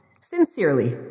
Sincerely